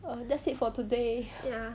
err that's it for today